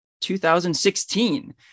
2016